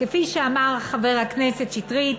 כפי שאמר חבר הכנסת שטרית,